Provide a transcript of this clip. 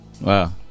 Wow